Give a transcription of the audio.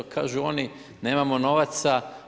Kažu oni, nemamo novaca.